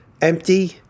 empty